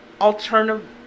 alternative